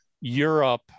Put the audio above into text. europe